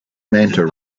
manta